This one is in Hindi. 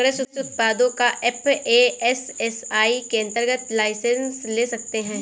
कृषि उत्पादों का एफ.ए.एस.एस.आई के अंतर्गत लाइसेंस ले सकते हैं